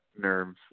nerves